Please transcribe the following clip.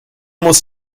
muss